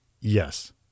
yes